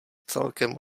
celkem